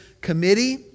committee